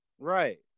Right